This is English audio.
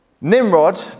Nimrod